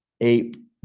ape